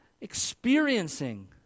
experiencing